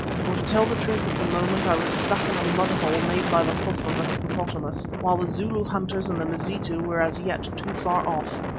for to tell the truth at the moment i was stuck in a mud-hole made by the hoof of a hippopotamus, while the zulu hunters and the mazitu were as yet too far off.